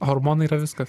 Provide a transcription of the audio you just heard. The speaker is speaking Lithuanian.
hormonai yra viskas